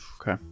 Okay